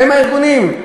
הם הארגונים?